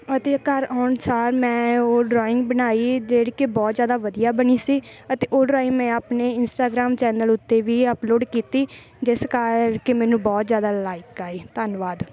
ਅਤੇ ਘਰ ਆਉਣ ਸਾਰ ਮੈਂ ਉਹ ਡਰਾਇੰਗ ਬਣਾਈ ਜਿਹੜੀ ਕਿ ਬਹੁਤ ਜ਼ਿਆਦਾ ਵਧੀਆ ਬਣੀ ਸੀ ਅਤੇ ਉਹ ਡਰਾਇੰਗ ਮੈਂ ਆਪਣੇ ਇੰਸਟਾਗਰਾਮ ਚੈਨਲ ਉੱਤੇ ਵੀ ਅਪਲੋਡ ਕੀਤੀ ਜਿਸ ਕਰਕੇ ਮੈਨੂੰ ਬਹੁਤ ਜ਼ਿਆਦਾ ਲਾਈਕ ਆਏ ਧੰਨਵਾਦ